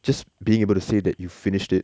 just being able to say that you finished it